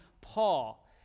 Paul